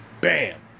bam